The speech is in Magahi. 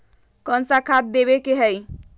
कोन सा खाद देवे के हई?